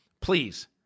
Please